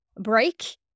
break